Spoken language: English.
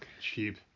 cheap